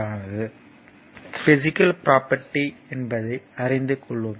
இலிருந்து physical electricity என்பதை அறிந்து கொள்ளுவோம்